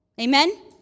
Amen